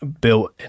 Built